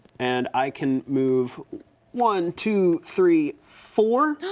and i can move one, two, three, four.